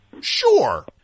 Sure